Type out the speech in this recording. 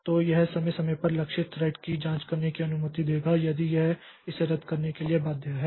तो यह समय समय पर लक्षित थ्रेड की जांच करने की अनुमति देगा यदि यह इसे रद्द करने के लिए बाध्य है